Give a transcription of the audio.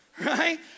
Right